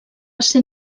ser